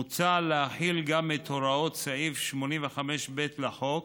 מוצע להחיל גם את הוראות סעיף 85ב לחוק,